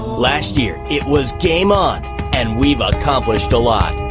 last year it was game on and we've accomplished a lot.